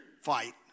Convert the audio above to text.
Fight